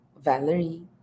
Valerie